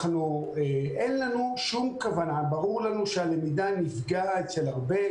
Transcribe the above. אין לנו שום כוונה ברור לנו שהלמידה נפגעה אצל הרבה,